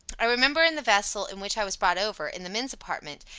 i remember in the vessel in which i was brought over, in the men's apartment,